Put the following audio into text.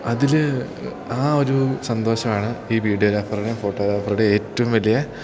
അതിൽ ആ ഒരു സന്തോഷമാണ് ഈ വീഡിയോഗ്രാഫറുടെയും ഫോട്ടോഗ്രാഫറുടെ ഏറ്റവും വലിയ